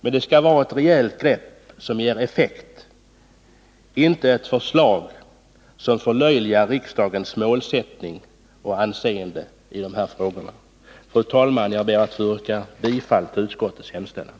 Men det skall vara ett rejält grepp som ger effekt, inte ett förslag som förlöjligar riksdagens målsättning och anseende i de här frågorna. Fru talman! Jag ber att få yrka bifall till utskottets hemställan.